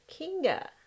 Kinga